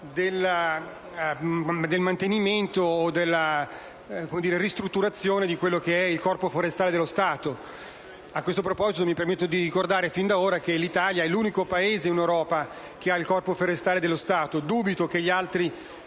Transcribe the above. del mantenimento o della ristrutturazione del Corpo forestale dello Stato. A questo proposito, mi permetto di ricordare fin da ora che l'Italia è l'unico Paese in Europa ad avere un Corpo forestale dello Stato. Dubito che gli altri